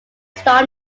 stop